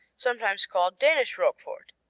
sometimes called danish roquefort,